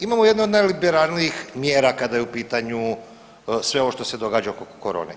Imamo jednu od najliberalnijih mjera kada je u pitanju sve ovo što se događa oko korone.